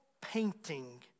painting